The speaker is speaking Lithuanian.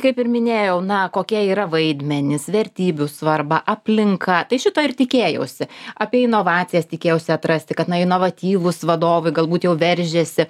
kaip ir minėjau na kokie yra vaidmenys vertybių svarba aplinka tai šito ir tikėjausi apie inovacijas tikėjausi atrasti kad na inovatyvūs vadovai galbūt jau veržiasi